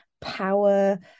power